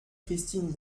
christine